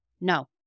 No